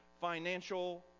financial